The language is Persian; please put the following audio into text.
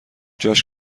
جاش